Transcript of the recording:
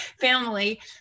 family